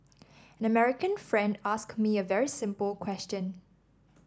an American friend asked me a very simple question